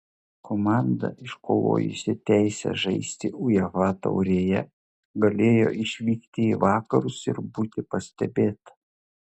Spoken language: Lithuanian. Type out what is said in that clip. komanda iškovojusi teisę žaisti uefa taurėje galėjo išvykti į vakarus ir būti pastebėta